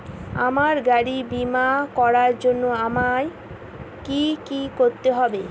আমার গাড়ির বীমা করার জন্য আমায় কি কী করতে হবে?